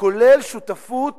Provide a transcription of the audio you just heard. כולל שותפות